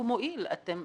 אתם